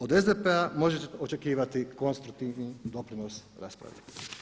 Od SDP-a možete očekivati konstruktivni doprinos raspravi.